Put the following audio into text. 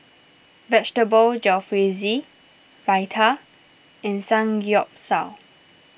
Vegetable Jalfrezi Raita and Samgeyopsal